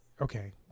Okay